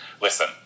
listen